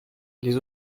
les